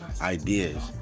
ideas